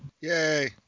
yay